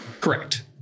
Correct